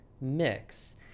mix